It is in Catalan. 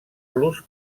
los